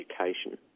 education